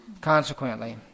Consequently